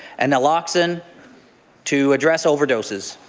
and naloxone to address overdoses.